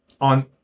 on